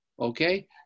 Okay